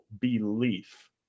belief